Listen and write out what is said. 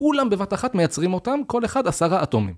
כולם בבת אחת מייצרים אותם, כל אחד עשרה אטומים